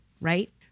right